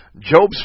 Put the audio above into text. Job's